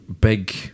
big